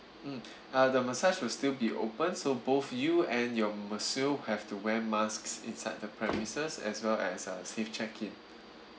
mm uh the massage will still be open so both you and your monsieur have to wear mask inside the premises as well as uh safe check in